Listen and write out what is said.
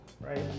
right